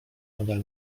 nadal